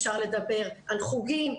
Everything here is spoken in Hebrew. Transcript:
אפשר לדבר על חוגים,